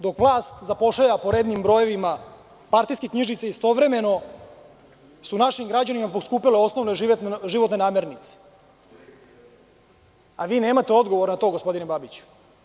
Dok vlast zapošljava po rednim brojevima partijske knjižice, istovremeno su našim građanima poskupele životne namirnice, a vi nemate odgovor na to, gospodine Babiću.